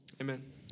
Amen